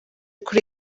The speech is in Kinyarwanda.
kuri